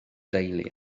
deulu